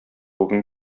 бүген